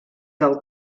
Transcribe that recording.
del